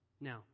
Now